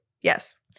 Yes